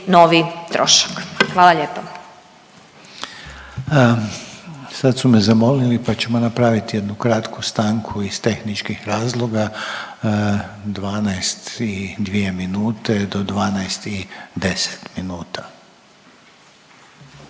**Reiner, Željko (HDZ)** Sad su me zamolili pa ćemo napraviti jednu kratku stanku iz tehničkih razloga. 12 i dvije minute do 12 i deset minuta.